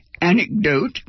anecdote